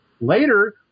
Later